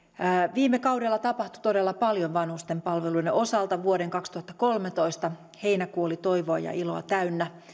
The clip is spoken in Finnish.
viime kaudella tapahtui todella paljon vanhusten palveluiden osalta ja vuoden kaksituhattakolmetoista heinäkuu oli toivoa ja iloa täynnä